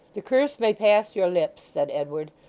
the curse may pass your lips said edward,